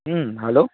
hello